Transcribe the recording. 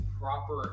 proper